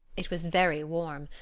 it was very warm,